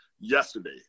yesterday